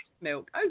milk